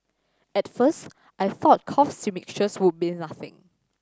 at first I thought cough mixture would be nothing